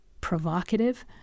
provocative